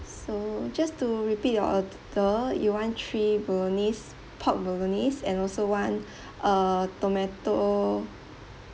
so just to repeat your order you want three bolognese pork bolognese and also one err tomato